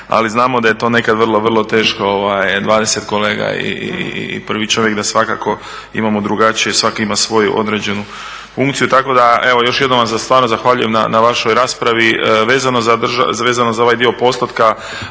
ali znamo da je to neka vrlo, vrlo teško, 20 kolega i prvi čovjek da svakako imamo drugačije, svaki ima svoju određenu funkciju. Tako da evo još jednom vam za stvarno zahvaljujem na vašoj raspravi vezano za ovaj dio postotka